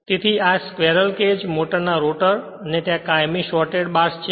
તેથી આ squirrel cage મોટરના રોટર ને ત્યાં કાયમી શોરટેડ બાર્સ છે